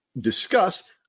discuss